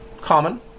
common